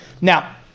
Now